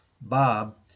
Bob